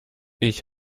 ich